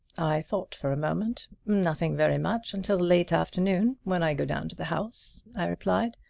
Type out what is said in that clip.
i thought for a moment. nothing very much until the late afternoon, when i go down to the house, i replied.